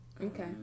Okay